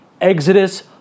Exodus